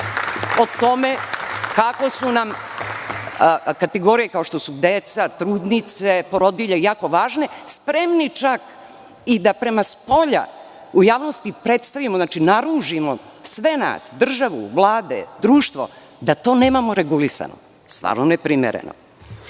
o tome kako su nam kategorije kao što su deca, trudnice i porodilje jako važne, spremni čak i da prema spolja, u javnosti predstavimo, naružimo sve nas – državu, Vladu, društvo, da to nemamo regulisano. Stvarno je neprimereno. Šta